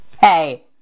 Hey